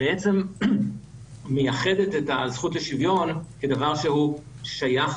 בעצם מייחדת את הזכות לשוויון כדבר שהוא שייך